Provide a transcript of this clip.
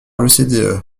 l’ocde